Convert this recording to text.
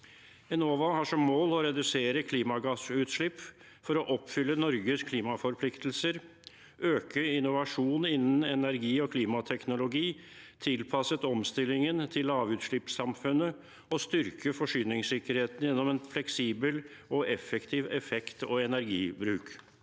Enova har som mål å redusere klimagassutslipp for å oppfylle Norges klimaforpliktelser, øke innovasjon innen energi- og klimateknologi tilpasset omstillingen til lavutslippssamfunnet og styrke forsyningssikkerheten gjennom en fleksibel og effektiv effekt- og energibruk.